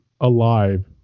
alive